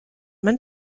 man